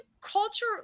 culture